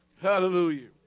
Hallelujah